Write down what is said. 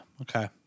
okay